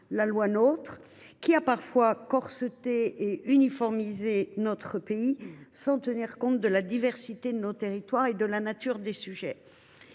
la loi NOTRe, qui a parfois corseté et uniformisé notre pays sans tenir compte de la diversité de ses territoires et de la nature des sujets.